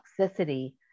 toxicity